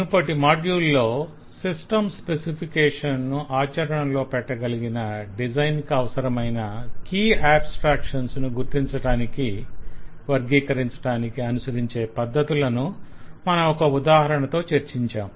మునుపటి మాడ్యూల్ లో system specifications ను ఆచరణలో పెట్టగలిగిన డిజైన్ కు అవసరమైన కీ ఆబ్స్త్రాక్షన్స్ ను గుర్తించటానికి వర్గీకరించటానికి అనుసరించే పద్దతులను మనం ఒక ఉదాహరణతో చర్చించాం